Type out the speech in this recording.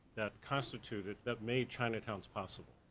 that constituted, that made chinatowns possible.